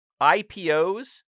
IPOs